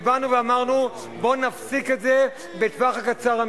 ובעיקר של מעמד הביניים והמעמד הנמוך יותר מבחינה כלכלית.